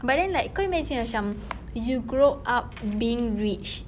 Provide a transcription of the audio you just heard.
but then like kau imagine macam you grow up being rich